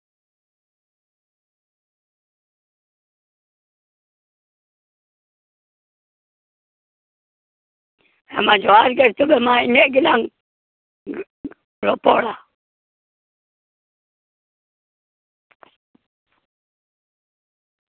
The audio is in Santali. ᱦᱮᱸᱢᱟ ᱡᱚᱦᱟᱨ ᱜᱮ ᱱᱤᱛᱳᱜ ᱫᱚ ᱢᱟ ᱤᱱᱟᱹᱜ ᱜᱮᱞᱟᱝ ᱨᱚᱯᱚᱲᱟ